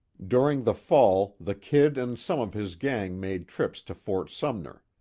during the fall the kid and some of his gang made trips to fort sumner.